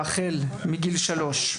החל מגיל שלוש,